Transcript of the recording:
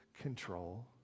control